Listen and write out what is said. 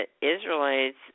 Israelites